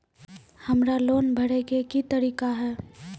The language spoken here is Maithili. हमरा लोन भरे के की तरीका है?